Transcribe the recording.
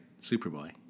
Superboy